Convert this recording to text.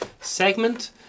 segment